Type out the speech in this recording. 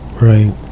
right